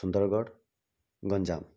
Sundargarh Ganjam